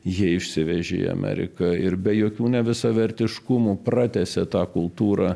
jie išsivežė į ameriką ir be jokių nevisavertiškumo pratęsė tą kultūrą